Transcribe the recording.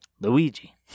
Luigi